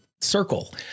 circle